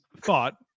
thought